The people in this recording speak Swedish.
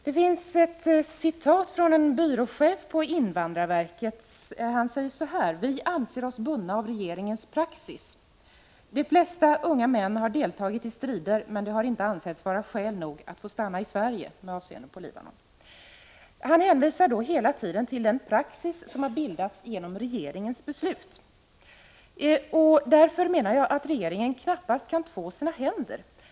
Jag vill citera vad en byråchef på invandrarverket säger med avseende på situationen i Libanon: ”Vi anser oss bundna av regeringens praxis. De flesta unga män har deltagit i strider, men det har inte ansetts vara skäl nog att få stanna i Sverige.” Byråchefen hänvisar hela tiden till den praxis som har bildats genom regeringens beslut. Jag menar därför att regeringen knappast kan två sina händer.